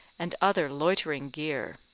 and other loitering gear.